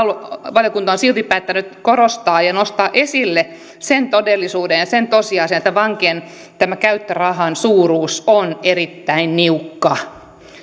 valiokunta on silti päättänyt korostaa ja nostaa esille sen todellisuuden ja sen tosiasian että vankien käyttörahan suuruus on erittäin niukka